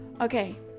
okay